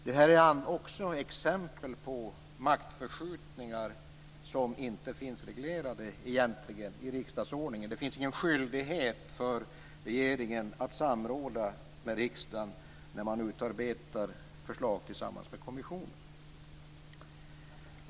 Det här är också exempel på maktförskjutningar, som inte finns reglerade i riksdagsordningen. Det finns ingen skyldighet för regeringen att samråda med riksdagen när man utarbetar förslag tillsammans med kommissionen.